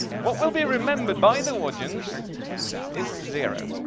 what will be remembered by the audience is zero.